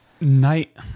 Night